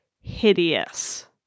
hideous